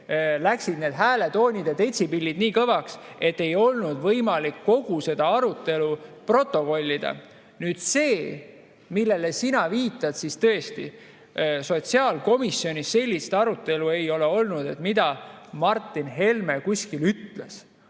läksid hääletoonid, detsibellid nii kõvaks, et ei olnud võimalik kogu seda arutelu protokollida. Nüüd see, millele sina viitad – tõesti sotsiaalkomisjonis sellist arutelu ei ole olnud, mida Martin Helme kuskil ütles.